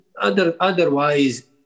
otherwise